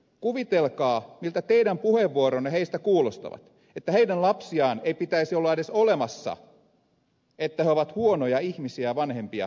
kuvitelkaa miltä teidän puheenvuoronne heistä kuulostavat että heidän lapsiaan ei pitäisi olla edes olemassa että he ovat huonoja ihmisiä vanhempia huonoja isiä ja äitejä